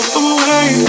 away